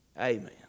amen